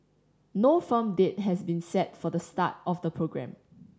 no firm date has been set for the start of the programme